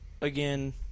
again